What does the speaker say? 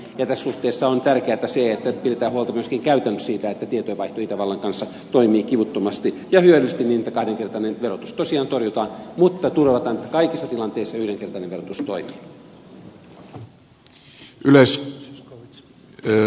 tässä suhteessa on tärkeätä se että pidetään huolta myöskin käytännössä siitä että tietojen vaihto itävallan kanssa toimii kivuttomasti ja hyödyllisesti niin että kahdenkertainen verotus tosiaan torjutaan mutta turvataan että kaikissa tilanteissa yhdenkertainen verotus toimii